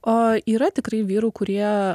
o yra tikrai vyrų kurie